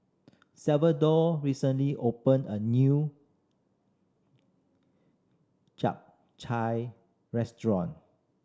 Salvador recently opened a new chap restaurant